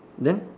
then